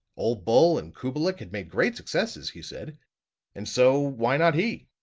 ole bull and kubelik had made great successes, he said and so, why not he?